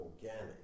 organic